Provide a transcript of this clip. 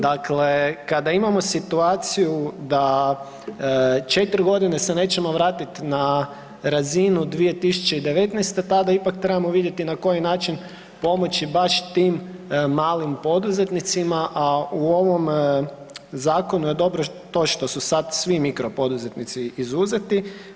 Dakle, kada imamo situaciju da 4 godine se nećemo vratiti na razinu 2019. tada ipak trebamo vidjeti na koji način pomoći baš tim malim poduzetnicima, a u ovom zakonu je dobro to što su sad svi mikro poduzetnici izuzeti.